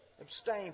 abstain